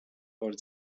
for